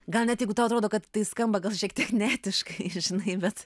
gal net jeigu tau atrodo kad tai skamba gal šiek tiek neetiškai žinai bet